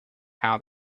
how